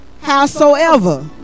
Howsoever